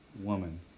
woman